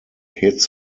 hits